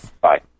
Bye